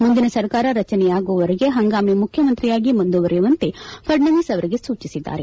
ಮುಂದಿನ ಸರ್ಕಾರ ರಚನೆಯಾಗುವವರೆಗೆ ಹಂಗಾಮಿ ಮುಖ್ಯಮಂತ್ರಿಯಾಗಿ ಮುಂದುವರೆಯುವಂತೆ ಫಡ್ಕವೀಸ್ ಅವರಿಗೆ ಸೂಚಿಸಿದ್ದಾರೆ